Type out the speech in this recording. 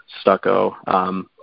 stucco